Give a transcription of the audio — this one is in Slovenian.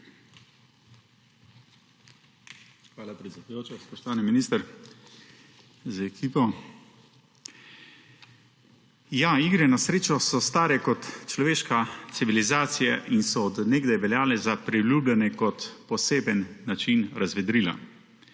Hvala, predsedujoča. Spoštovani minister z ekipo! Igre na srečo so stare kot človeška civilizacija in so od nekdaj veljale za priljubljene kot poseben način razvedrila,